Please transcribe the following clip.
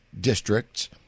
districts